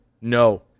No